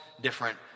different